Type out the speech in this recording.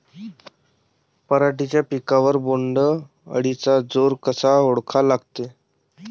पराटीच्या पिकावर बोण्ड अळीचा जोर कसा ओळखा लागते?